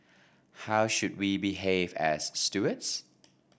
how should we behave as stewards